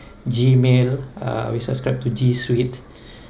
Gmail uh we subscribe to G suite